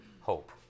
hope